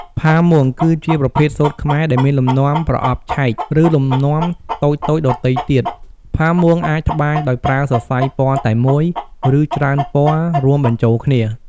ផាមួងគឺជាប្រភេទសូត្រខ្មែរដែលមានលំនាំប្រអប់ឆែក ឬលំនាំតូចៗដទៃទៀត ផាមួងអាចត្បាញដោយប្រើសរសៃពណ៌តែមួយ ឬច្រើនពណ៌រួមបញ្ចូលគ្នា។